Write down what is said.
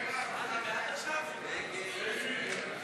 ההסתייגות של קבוצת סיעת הרשימה המשותפת לסעיף תקציבי 08,